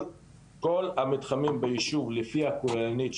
כל המתחמים בישוב לפי הכוללנית,